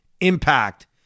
impact